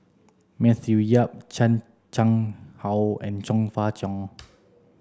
Matthew Yap Chan Chang How and Chong Fah Cheong